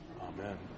Amen